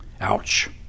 Ouch